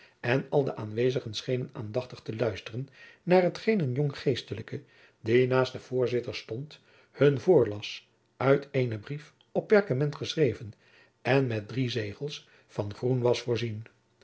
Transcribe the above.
en al de aanwezigen schenen aandachtig te luisteren naar hetgeen een jong geestelijke die naast den voorzitter stond hun voorlas uit eenen brief op perkament geschreven en met drie zegels van groen wasch voorzien